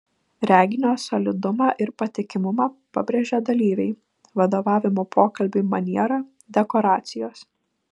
reginio solidumą ir patikimumą pabrėžia dalyviai vadovavimo pokalbiui maniera dekoracijos